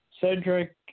Cedric